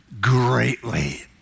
greatly